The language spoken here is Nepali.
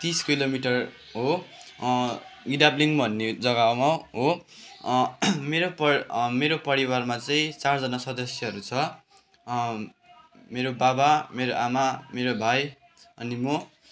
तिस किलोमिटर हो गितडाब्लिङ भन्ने जग्गामा हो मेरो पर् मेरो परिवारमा चाहिँ चारजना सदस्यहरू छ मेरो बाबा मेरो आमा मेरो भाइ अनि म